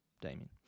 Damien